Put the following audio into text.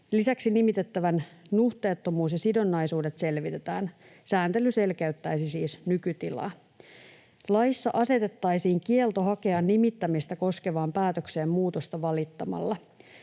Lisäksi nimitettävän nuhteettomuus ja sidonnaisuudet selvitetään. Sääntely siis selkeyttäisi nykytilaa. Laissa asetettaisiin kielto hakea nimittämistä koskevaan päätökseen muutosta valittamalla.